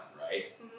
right